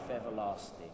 everlasting